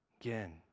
Again